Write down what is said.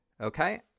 Okay